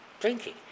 drinking